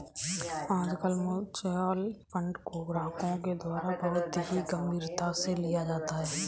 आजकल mutual fund को ग्राहकों के द्वारा बहुत ही गम्भीरता से लिया जाता है